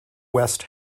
west